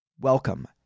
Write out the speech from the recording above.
Welcome